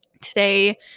Today